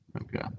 Okay